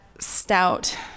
Stout